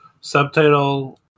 subtitle